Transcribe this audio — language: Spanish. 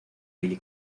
billy